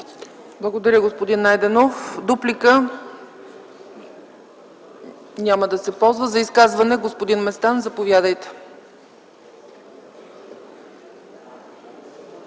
Благодаря, господин Найденов. Дуплика? Няма да се ползва. За изказване – господин Местан, заповядайте.